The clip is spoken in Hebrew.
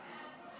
ההצעה